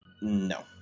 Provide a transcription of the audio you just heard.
No